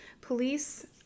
Police